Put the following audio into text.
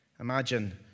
Imagine